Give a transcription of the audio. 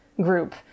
group